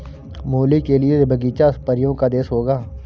मूली के लिए बगीचा परियों का देश होगा